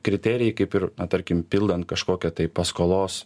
kriterijai kaip ir tarkim pildant kažkokią tai paskolos